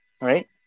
Right